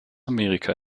amerika